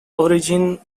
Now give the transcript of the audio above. origin